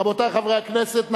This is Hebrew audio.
רבותי חברי הכנסת,